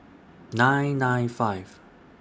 nine nine five